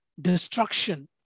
destruction